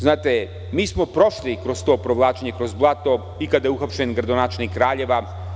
Znate, mi smo prošli kroz to provlačenje kroz blato i kada je uhapšen gradonačelnik Kraljeva.